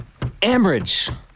Ambridge